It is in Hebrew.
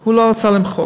הוא לא רצה למחות.